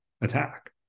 attack